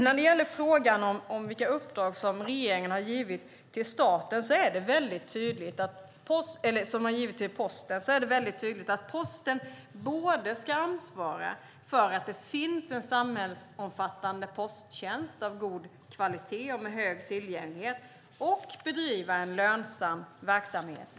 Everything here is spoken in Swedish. När det gäller frågan om vilka uppdrag som regeringen givit till Posten är det tydligt att Posten ska både ansvara för att det finns en samhällsomfattande posttjänst av god kvalitet och med hög tillgänglighet och bedriva en lönsam verksamhet.